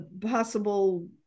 possible